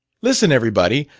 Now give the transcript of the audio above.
listen, everybody.